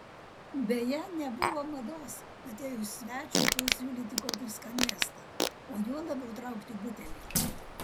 beje nebuvo mados atėjus svečiui tuoj siūlyti kokį skanėstą o juo labiau traukti butelį